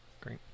Great